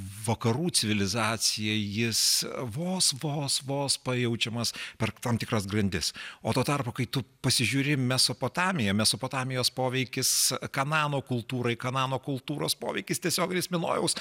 vakarų civilizacijai jis vos vos vos pajaučiamas per tam tikras grandis o tuo tarpu kai tu pasižiūri mesopotamiją mesopotamijos poveikis kanano kultūrai kanano kultūros poveikis tiesioginis minojaus